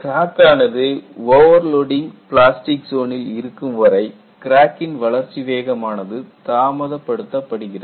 crack ஆனது overloading plastic ஜோனில் இருக்கும் வரை கிராக்கின் வளர்ச்சி வேகமானது தாமதப்படுத்த படுகிறது